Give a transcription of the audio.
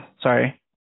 sorry